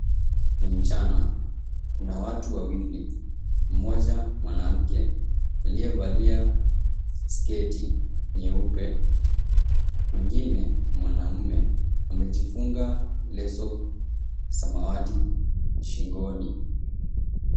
Ni mchana. Kuna watu wawili, mmoja mwanamke aliyevalia sketi nyeupe, mwingine mwanamume amejifunga leso ya samawati shingoni.